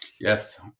Yes